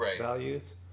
values